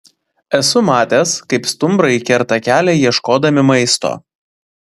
esu matęs kaip stumbrai kerta kelią ieškodami maisto